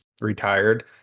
retired